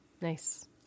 nice